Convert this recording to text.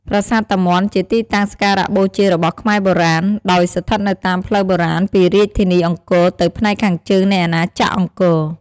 ប្រាសាទតាមាន់ជាទីតាំងសក្ការៈបូជារបស់ខ្មែរបុរាណ ដោយស្ថិតនៅតាមផ្លូវបុរាណពីរាជធានីអង្គរទៅផ្នែកខាងជើងនៃអាណាចក្រអង្គរ។